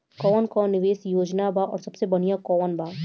कवन कवन निवेस योजना बा और सबसे बनिहा कवन बा?